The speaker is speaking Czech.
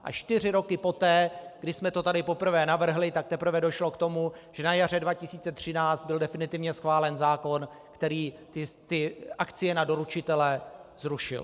A čtyři roky poté, kdy jsme to tady poprvé navrhli, teprve došlo k tomu, že na jaře 2013 byl definitivně schválen zákon, který akcie na doručitele zrušil.